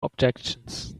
objections